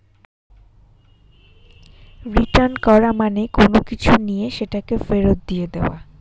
return করা মানে কোনো কিছু নিয়ে সেটাকে ফেরত দিয়ে দেওয়া